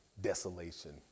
desolation